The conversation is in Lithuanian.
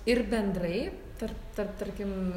ir bendrai tarp tarp tarkim